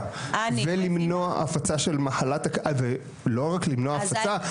ולמנוע הפצה של מחלת הכלבת ולא רק למנוע הפצה,